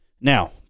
Now